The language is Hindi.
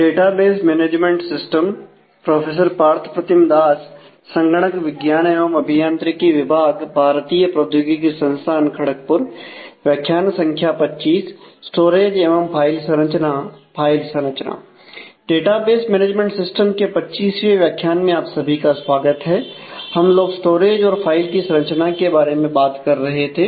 डाटाबेस मैनेजमेंट सिस्टम के 25वें व्याख्यान में आप सभी का स्वागत है हम लोग स्टोरेज और फाइल की संरचना के बारे में बात कर रहे थे